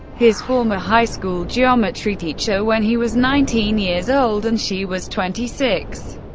his former high school geometry teacher, when he was nineteen years old and she was twenty six.